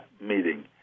meeting